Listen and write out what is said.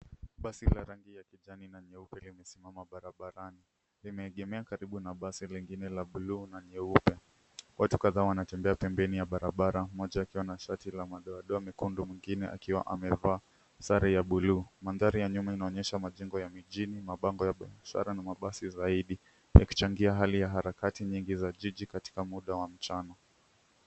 Basi la rangi ya kijani na nyeupe limesimama barabarani. Limeegemea karibu na basi lingine la buluu na nyeupe. Watu kadhaa wanatembea pembeni ya barabara, mmoja kia wana shati la madoadoa mekundu mwingine akiwa amevaa sare ya buluu. Mandhari ya nyuma inaonyesha majengo ya mijini, mabango ya biasara na mabasi zaidi yakichangia hali ya harakati nyingi za jiji katika muda wa mchana.